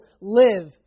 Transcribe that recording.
live